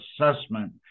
assessment